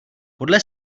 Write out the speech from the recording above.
podle